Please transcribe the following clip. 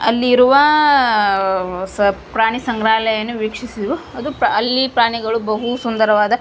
ಅಲ್ಲಿರುವ ಸ ಪ್ರಾಣಿಸಂಗ್ರಹಾಲವನ್ನು ವೀಕ್ಷಿಸಿದೆವು ಅದು ಪ್ರ್ ಅಲ್ಲಿ ಪ್ರಾಣಿಗಳು ಬಹು ಸುಂದರವಾದ